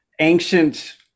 ancient